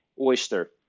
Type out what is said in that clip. oyster